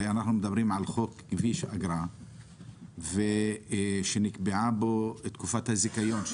הרי אנחנו מדברים על חוק כביש אגרה שנקבעה בו תקופת הזיכיון,